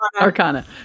Arcana